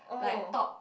like top